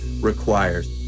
requires